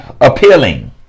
appealing